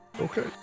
Okay